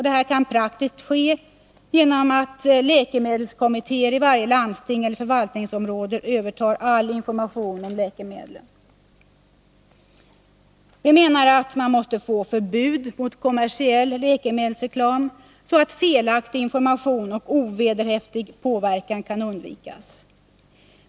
Detta kan praktiskt ske genom att läkemedelskommittéer i varje landsting eller förvaltningsområde övertar all information av läkemedel. Vi menar att förbud mot kommersiell läkemedelsreklam borde införas, så att felaktig information och ovederhäftig påverkan kan undvikas.